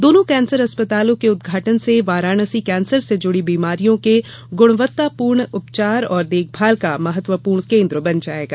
दोनों कैंसर अस्पतालों के उदघाटन से वाराणसी कैंसर से जुड़ी बीमारियों के गुणवत्तापूर्ण उपचार और देखभाल का महत्वपूर्ण केन्द्र बन जाएगा